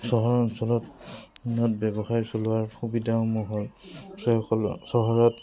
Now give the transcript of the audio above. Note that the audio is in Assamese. চহৰ অঞ্চলত ব্যৱসায় চলোৱাৰ সুবিধাসমূহ হ'ল চহৰত